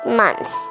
months